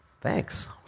Thanks